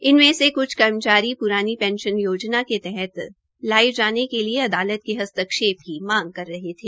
इनमे से क्छ कर्मचारी प्रानी पेंशन योजना के तहत लाये जाने के लिए अदालत के हस्ताक्षेप की मांग कर रहे थे